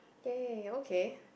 !yay! okay